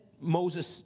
Moses